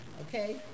Okay